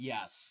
Yes